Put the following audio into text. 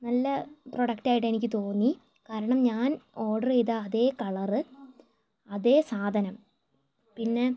നല്ല പ്രൊഡക്റ്റായിട്ട് എനിക്ക് തോന്നി കാരണം ഞാൻ ഓർഡർ ചെയ്ത അതേ കളർ അതേ സാധനം പിന്നെ